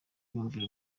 bumvira